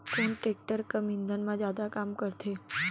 कोन टेकटर कम ईंधन मा जादा काम करथे?